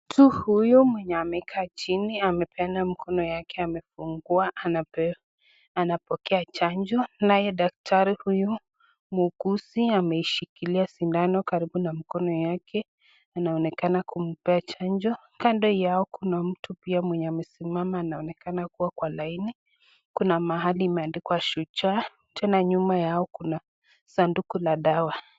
Mtu huyu mwenye amekaa chini amepeana mkono yake amefungua anapokea chanjo, naye daktari huyu mwuguzi ameishikilia sindano karibu na mkono yake anaonekana kumpea chanjo. Kando yao kuna mtu pia mwenye amesimama anaonekana kuwa kwa laini. Kuna mahali imeandikwa Shujaa. Tena nyuma yao kuna sanduku la dawa.